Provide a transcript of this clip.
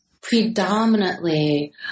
predominantly